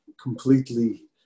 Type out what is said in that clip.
completely